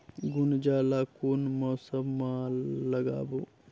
गुनजा ला कोन मौसम मा लगाबो?